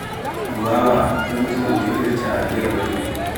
mi wawaa ɗonto un defirtaa gerooɗee.